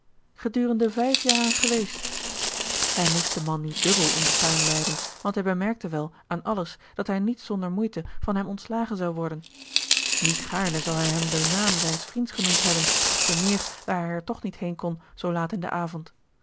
gedurende vijf jaren geweest hij moest den man nu dubbel om den tuin leiden want hij bemerkte wel aan alles dat hij niet zonder moeite van hem ontslagen zou worden niet gaarne zou hij hem den naam zijns vriends genoemd hebben te meer daar hij er toch niet heen kon zoo laat in den avond